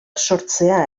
sortzea